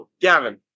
Gavin